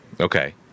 Okay